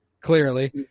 clearly